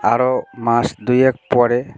আরও মাস দুয়েক পরে